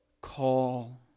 call